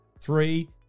Three